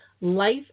Life